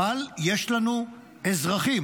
אבל יש לנו אזרחים.